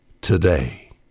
today